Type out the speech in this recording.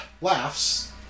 laughs